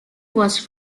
was